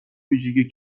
ویژگی